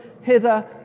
hither